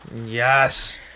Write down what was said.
Yes